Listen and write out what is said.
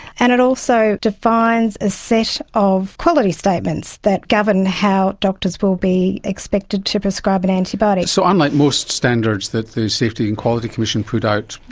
and it also defines a set of quality statements that govern how doctors will be expected to prescribe an antibiotic. so unlike most standards that the safety and quality commission put out,